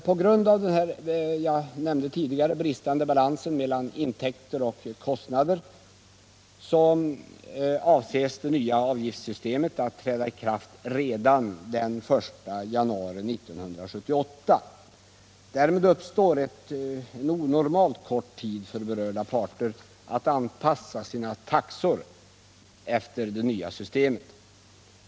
På grund av den bristande balans mellan intäkter och kostnader som jag inledningsvis berörde räknar departementschefen med att det nya avgiftssystemet skall träda i kraft redan den 1 januari 1978. Därmed får berörda parter en onormalt kort tid att anpassa sina taxor efter det nya systemet.